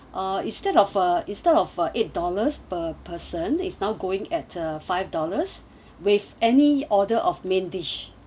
uh instead of uh instead of uh eight dollars per person is now going at a five dollars with any order of main dish